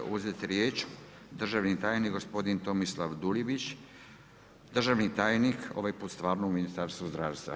Sada će uzeti riječ državni tajnik gospodin Tomislav Dulibić, državni tajnik ovaj put stvarno u Ministarstvu zdravstva.